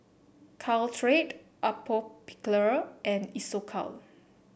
Caltrate Atopiclair and Isocal